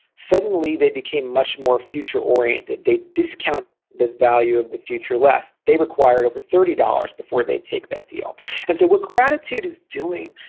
suddenly, they became much more future-oriented. they discount the value of the future less. they required over thirty dollars before they'd take that deal and so what gratitude is doing